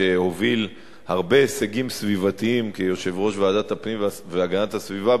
שהוביל הרבה הישגים סביבתיים כיושב-ראש ועדת הפנים והגנת הסביבה,